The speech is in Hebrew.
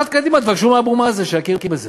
תבקשו מאבו מאזן שיכיר בזה,